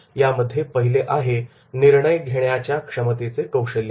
आणि यामध्ये पहिले आहे निर्णय घेण्याच्या क्षमतेचे कौशल्य